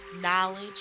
knowledge